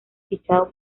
fichado